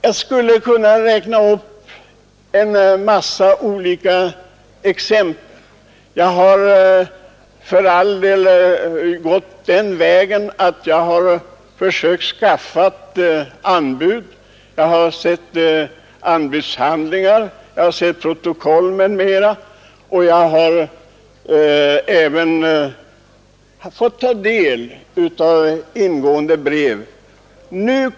Jag skulle kunna ge en mängd exempel. Jag har gått till väga så att jag har försökt skaffa avskrift på anbud, jag har sett anbudshandlingar och protokoll m.m., och jag har även fått ta del av ingående brev.